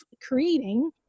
creating